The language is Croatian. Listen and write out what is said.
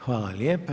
Hvala lijepa.